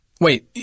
wait